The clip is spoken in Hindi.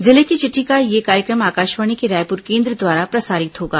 जिले की चिट्ठी का यह कार्यक्रम आकाशवाणी के रायपुर केंद्र द्वारा प्रसारित होगा